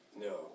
No